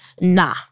Nah